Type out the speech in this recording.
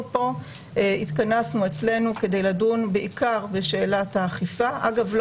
אנחנו התכנסנו אצלנו כדי לדון בעיקר בשאלת האכיפה אגב לא